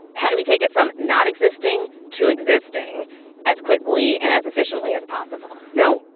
how do we take it from not existing to existing as quickly and as efficiently as possible? now,